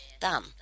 done